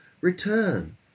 return